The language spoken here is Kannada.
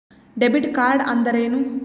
ಡೆಬಿಟ್ ಕಾರ್ಡ್ಅಂದರೇನು?